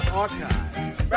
archives